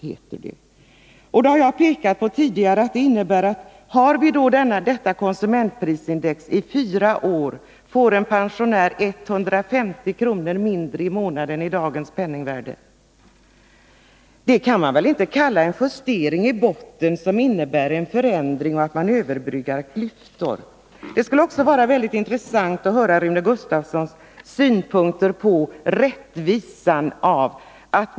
Jag har tidigare pekat på att det innebär att en pensionär, efter det att denna nya modell av konsumentprisindex funnits i fyra år, får 150 kr. mindre i månaden i dagens penningvärde. Det kan man väl inte kalla en justering i botten, som innebär att man överbryggar klyftor. Det skulle också vara intressant att höra Rune Gustavssons synpunkter på det rättvisa i det som föreslås beträffande sidoinkomster.